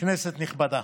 כנסת נכבדה,